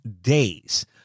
days